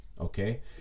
okay